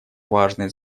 важное